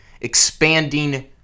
expanding